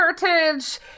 heritage